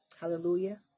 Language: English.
Hallelujah